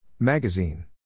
Magazine